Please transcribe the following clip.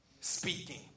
speaking